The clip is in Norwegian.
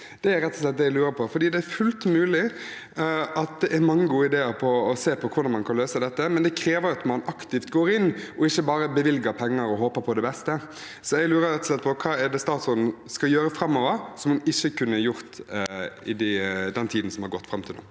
Det er rett og slett det jeg lurer på. Det er fullt mulig at det er mange gode ideer man kan se på for å løse dette, men det krever at man aktivt går inn og ikke bare bevilger penger og håper på det beste. Jeg lurer rett og slett på hva statsråden skal gjøre framover, som hun ikke kunne gjort i den tiden som er gått fram til nå.